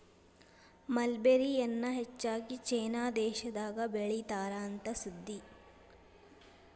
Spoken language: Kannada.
ಮಲ್ಬೆರಿ ಎನ್ನಾ ಹೆಚ್ಚಾಗಿ ಚೇನಾ ದೇಶದಾಗ ಬೇಳಿತಾರ ಅಂತ ಸುದ್ದಿ